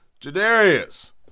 Jadarius